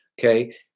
okay